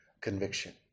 conviction